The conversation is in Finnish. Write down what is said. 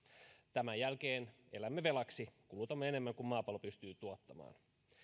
tämän jälkeen elämme velaksi kulutamme enemmän kuin maapallo pystyy tuottamaan